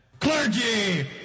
Clergy